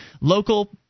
local